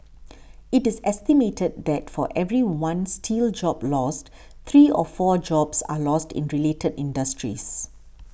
it is estimated that for every one steel job lost three or four jobs are lost in related industries